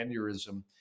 aneurysm